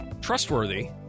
Trustworthy